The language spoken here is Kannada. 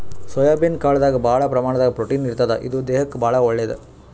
ಸೋಯಾಬೀನ್ ಕಾಳ್ದಾಗ್ ಭಾಳ್ ಪ್ರಮಾಣದಾಗ್ ಪ್ರೊಟೀನ್ ಇರ್ತದ್ ಇದು ದೇಹಕ್ಕಾ ಭಾಳ್ ಒಳ್ಳೇದ್